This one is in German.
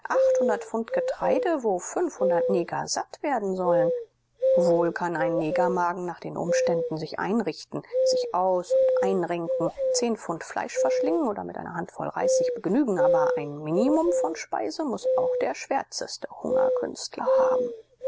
pfund getreide wo fünfhundert neger satt werden wollen wohl kann ein negermagen nach den umständen sich einrichten sich aus und einrenken zehn pfund fleisch verschlingen oder mit einer handvoll reis sich begnügen aber ein minimum von speise muß auch der schwärzeste hungerkünstler haben